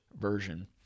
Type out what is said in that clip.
version